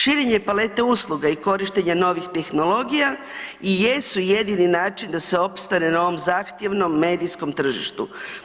Širenje palete usluga i korištenja novih tehnologija i jesu jedini način da se opstane na ovom zahtjevnom medijskom tržištu.